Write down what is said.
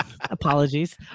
Apologies